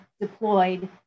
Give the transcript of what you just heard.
deployed